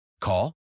Call